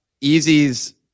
Easy's